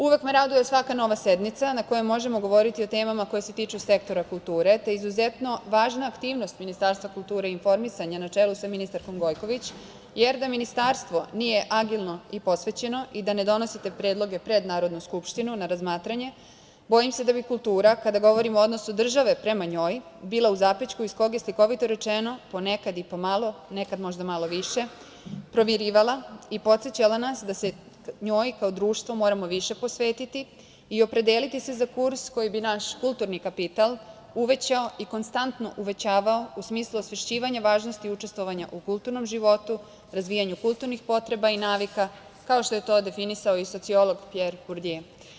Uvek me raduje svaka nova sednica na kojoj možemo govoriti o temama koje se tiču sektora kulture, te je izuzetno važna aktivnost Ministarstva kulture i informisanja, na čelu sa ministarkom Gojković, jer da Ministarstvo nije agilno i posvećeno i da ne donosi te predloge pred Narodnu skupštinu na razmatranje, bojim se da bi kultura kada govorimo o odnosu države prema njoj bila u zapećku iz kog je, slikovito rečeno, ponekad i pomalo, nekad možda malo više provirivala i podsećala nas da se njoj kao društvo moramo više posvetiti i opredeliti se za kurs koji bi naš kulturni kapital uvećao i konstantno uvećavao u smislu osvešćivanja važnosti učestvovanja u kulturnom životu, razvijanju kulturnih potreba i navika, kao što je to definisao i sociolog Pjer Kurdje.